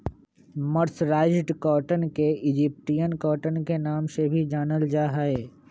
mercerised cotton के Egyptian cotton के नाम से भी जानल जा हई